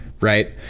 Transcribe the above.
right